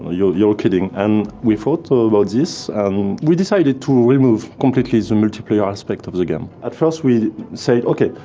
ah you're you're kidding. and we thought ah about this, and we decided to remove completely the multiplayer aspect of the game. at first we said okay,